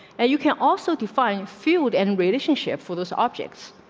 and you can also define field and relationship. for those objects,